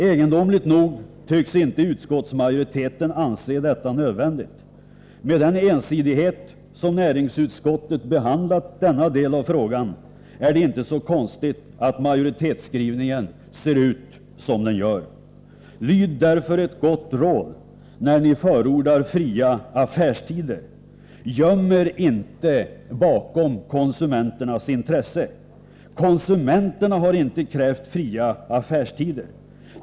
Egendomligt nog tycks inte utskottsmajoriteten anse detta nödvändigt. Med den ensidighet som näringsutskottet behandlat denna del av frågan, är det inte så konstigt att majoritetsskrivningen ser ut som den gör. Lyd därför ett gott råd när ni förordar fria affärstider! Göm er inte bakom konsumenternas intresse! Konsumenterna har inte krävt fria affärstider.